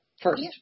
first